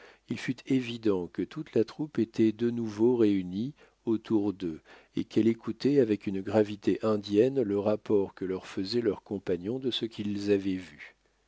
il fut évident que toute la troupe était de nouveau réunie autour d'eux et qu'elle écoutait avec une gravité indienne le rapport que leur faisaient leurs compagnons de ce qu'ils avaient vu